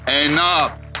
enough